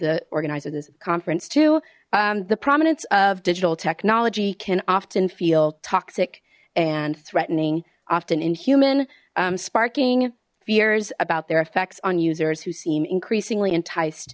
the organizers of this conference to the prominence of digital technology can often feel toxic and threatening often inhuman sparking fears about their effects on users who seem increasingly enticed